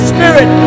Spirit